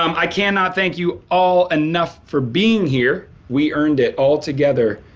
um i cannot thank you all enough for being here. we earned it all together.